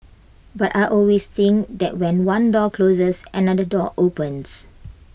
but I always think that when one door closes another door opens